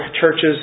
churches